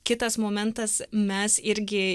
kitas momentas mes irgi